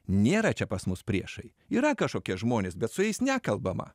nėra čia pas mus priešai yra kažkokie žmonės bet su jais nekalbama